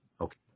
okay